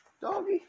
Doggy